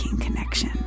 connection